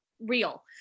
real